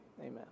Amen